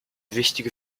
wichtige